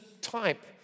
type